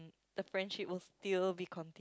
the friendship will still be complete